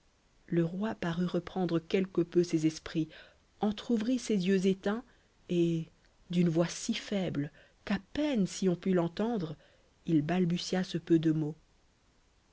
le roi parut reprendre quelque peu ses esprits entr'ouvrit ses yeux éteints et d'une voix si faible qu'à peine si on put l'entendre il balbutia ce peu de mots